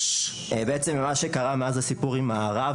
בעצם מה שקרה מאז הסיפור עם הרב,